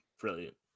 Brilliant